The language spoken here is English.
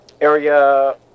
area